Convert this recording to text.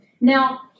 Now